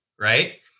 right